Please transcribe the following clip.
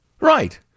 Right